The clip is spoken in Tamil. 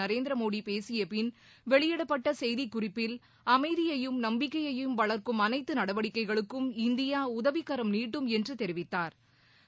நரேந்திரமோடி பேசிய பின் வெளியிடப்பட்ட செய்திக்குறிப்பில் அமைதியையும் நம்பிக்கையையும் வளா்க்கும் அனைத்து நடவடிக்கைகளுக்கும் இந்தியா உதவிக்கரம் நீட்டும் என்று தெரிவித்தாா்